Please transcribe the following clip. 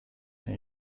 این